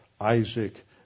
Isaac